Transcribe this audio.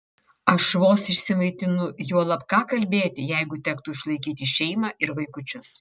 aš vos išsimaitinu juolab ką kalbėti jeigu tektų išlaikyti šeimą ir vaikučius